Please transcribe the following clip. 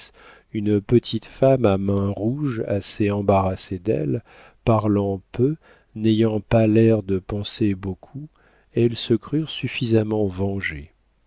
une petite femme à mains rouges assez embarrassée d'elle parlant peu n'ayant pas l'air de penser beaucoup elles se crurent suffisamment vengées